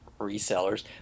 resellers